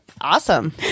Awesome